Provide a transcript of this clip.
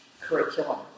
curriculum